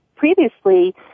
Previously